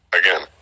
again